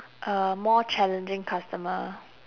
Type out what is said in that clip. uh more challenging customer